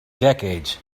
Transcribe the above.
decades